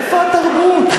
איפה התרבות?